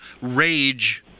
rage